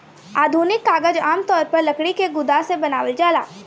आधुनिक कागज आमतौर पर लकड़ी के गुदा से बनावल जाला